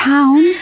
Town